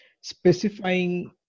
specifying